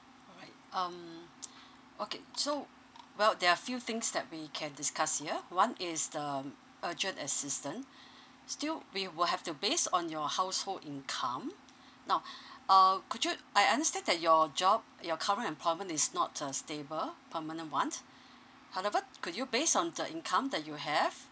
all right um okay so well there are few things that we can discuss here one is the um urgent assistance still we will have to base on your household income now uh could you I understand that your job your current employment is not a stable permanent one however could you base on the income that you have